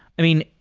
i mean,